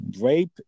rape